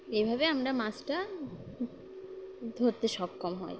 এইভাবে আমরা মাছটা ধরতে সক্ষম হই